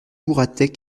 mouratet